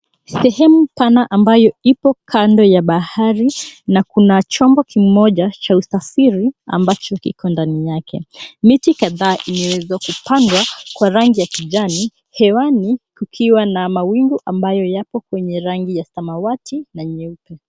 Sehemu pana ambayo ipo kando ya bahari na kuna chombo kimoja cha usafiri ambacho kiko ndani yake. Miti kadhaa imewezwa kupangwa kwa rangi ya kijani hewani kukiwa na mawingu ambayo yapo kwenye rangi ya samawati na nyeupe.